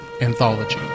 Anthology